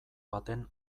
baten